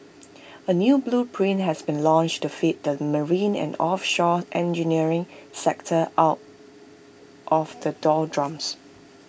A new blueprint has been launched to lift the marine and offshore engineering sector out of the doldrums